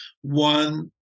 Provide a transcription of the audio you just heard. one